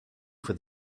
for